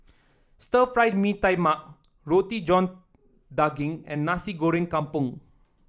Stir Fried Mee Tai Mak Roti John Daging and Nasi Goreng Kampung